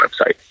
website